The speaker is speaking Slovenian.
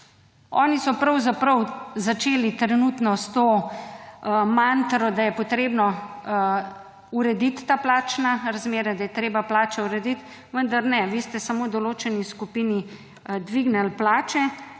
Oni so pravzaprav začeli trenutno s to mantro, da je potrebno urediti ta plačna razmerja, da je treba plače urediti, vendar ne, vi ste samo določeni skupini dvignili plače,